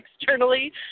externally